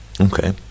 Okay